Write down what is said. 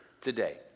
today